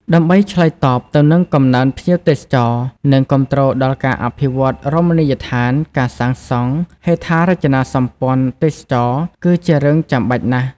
ដើម្បីឆ្លើយតបទៅនឹងកំណើនភ្ញៀវទេសចរ និងគាំទ្រដល់ការអភិវឌ្ឍន៍រមណីយដ្ឋាន ការសាងសង់ ហេដ្ឋារចនាសម្ព័ន្ធទេសចរណ៍ គឺជារឿងចាំបាច់ណាស់។